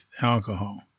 alcohol